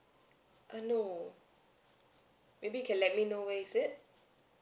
err no maybe you can let me know where is it